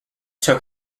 took